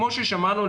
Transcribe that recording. כמו ששמענו,